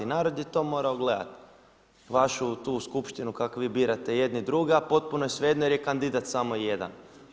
Narod je to morao gledati, vašu tu skupštinu kak vi birate jedni druge, a potpuno je svejedno, jer je kandidat samo jedan.